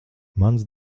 mans